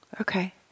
Okay